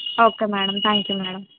okay madam thank you madam